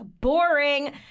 Boring